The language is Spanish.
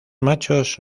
machos